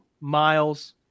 Miles